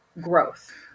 growth